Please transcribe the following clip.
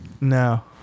no